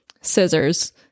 scissors